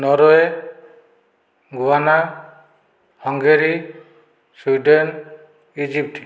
Norway Guyana Hungary Sweden Egypt